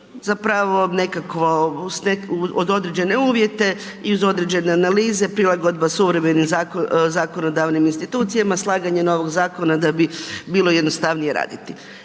zapravo nekakvo, uz određene uvjete i uz određene analize prilagodba suvremenim zakonodavnim institucijama, slaganje novog zakona da bi bilo jednostavnije raditi